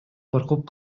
коркуп